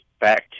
back